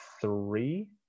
three